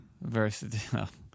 Versus